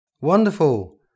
wonderful